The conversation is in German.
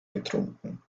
getrunken